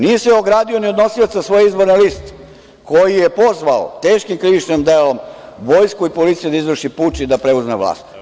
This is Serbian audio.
Nije se ogradio ni od nosioca svoje izborne liste, koji je pozvao, teškim krivičnim delom, vojsku i policiju da izvrši puč i da preuzme vlast.